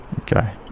Okay